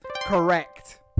Correct